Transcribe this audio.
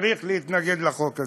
צריך להתנגד לחוק הזה.